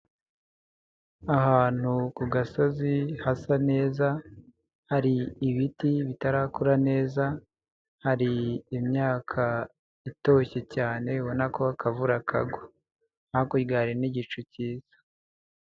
Ahantu ku gasozi hasa neza hari ibiti bitarakura neza, hari imyaka itoshye cyane ubona ko akavura kagwa, hakurya hari n'igicu cyiza.